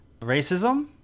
racism